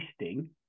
listing